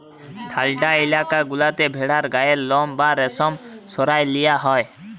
ঠাল্ডা ইলাকা গুলাতে ভেড়ার গায়ের লম বা রেশম সরাঁয় লিয়া হ্যয়